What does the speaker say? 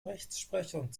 rechtsprechung